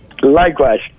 Likewise